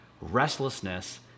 restlessness